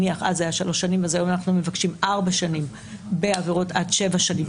אם אז זה היה שלוש שנים היום אנחנו מבקשים ארבע שנים עד שבע שנים,